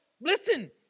Listen